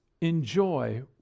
enjoy